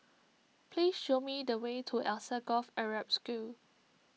please show me the way to Alsagoff Arab School